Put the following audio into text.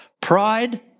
Pride